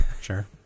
sure